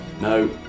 no